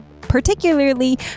particularly